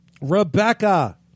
Rebecca